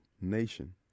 nation